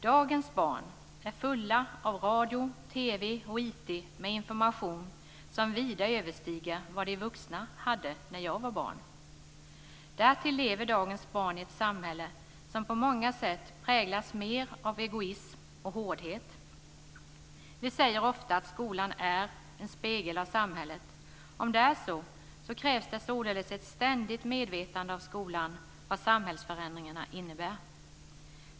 Dagens barn är fulla av radio, TV och IT med information som vida överstiger vad vi vuxna hade när jag var barn. Därtill lever dagens barn i ett samhälle som på många sätt präglas mer av egoism och hårdhet. Vi säger ofta att skolan är en spegel av samhället. Om det är så krävs det således ett ständigt medvetande i skolan vad samhällsförändringarna innebär.